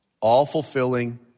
all-fulfilling